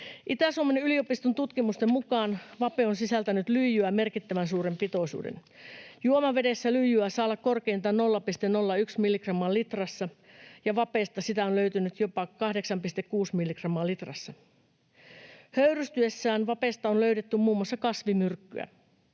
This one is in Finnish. Itä-Suomen yliopiston tutkimusten mukaan vape on sisältänyt lyijyä merkittävän suuret pitoisuudet. Juomavedessä lyijyä saa olla korkeintaan 0,01 milligrammaa litrassa, ja vapesta sitä on löytynyt jopa 8,6 milligrammaa litrassa. Höyrystyessään vapesta on löydetty muun muassa kasvimyrkkyä.